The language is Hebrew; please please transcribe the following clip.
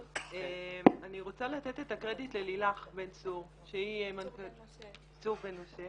אני רוצה לתת את הקרדיט ללילך צור בן משה